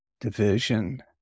division